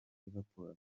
liverpool